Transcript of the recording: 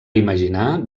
imaginar